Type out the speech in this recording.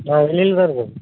ஆ வெளியில் தான் இருக்கேங்க